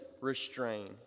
restrain